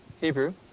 Hebrew